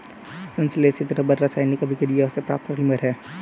संश्लेषित रबर रासायनिक अभिक्रियाओं से प्राप्त पॉलिमर है